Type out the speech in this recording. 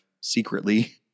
secretly